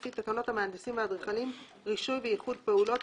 לפי תקנות המהנדסים והאדריכלים (רישוי וייחוד פעולות),